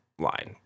Line